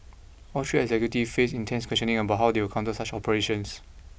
all three executives faced intense questioning about how they will counter such operations